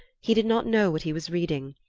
he did not know what he was reading,